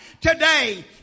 today